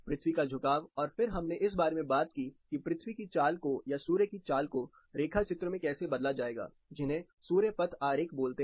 पृथ्वी का झुकाव और फिर हमने इस बारे में बात की कि पृथ्वी की चाल को या सूर्य की चाल को रेखा चित्र में कैसे बदला जाएगा जिन्हें सूर्य पथ आरेख बोलते हैं